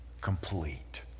complete